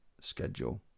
schedule